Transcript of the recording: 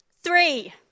three